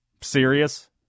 Serious